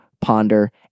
ponder